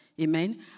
amen